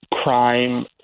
crime